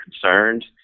concerned